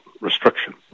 restriction